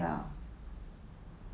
ya okay